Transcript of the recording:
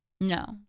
No